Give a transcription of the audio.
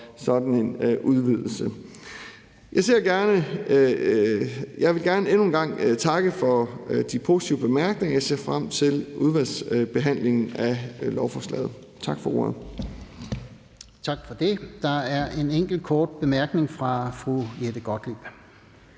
sådan en udvidelse. Jeg vil gerne endnu en gang takke for de positive bemærkninger. Jeg ser frem til udvalgsbehandlingen af lovforslaget. Tak for ordet. Kl. 14:48 Fjerde næstformand (Lars-Christian